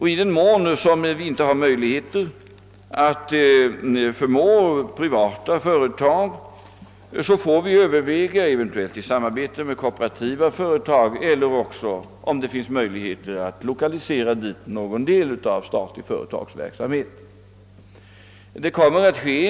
I den mån vi inte kan förmå privata företag att lokalisera sig dit får vi överväga — eventuellt i samarbete med kooperativa företag — att lokalisera andra företag dit eller undersöka om det föreligger möjligheter att dit förlägga någon statlig verksamhet.